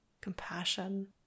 compassion